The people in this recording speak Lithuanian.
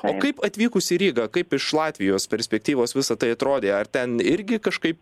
o kaip atvykus į rygą kaip iš latvijos perspektyvos visa tai atrodė ar ten irgi kažkaip